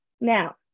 Now